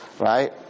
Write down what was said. Right